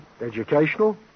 Educational